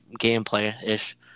gameplay-ish